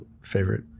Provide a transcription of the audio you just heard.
favorite